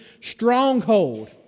stronghold